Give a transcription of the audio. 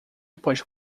pode